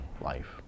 life